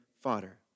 fodder